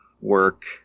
work